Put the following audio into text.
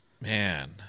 Man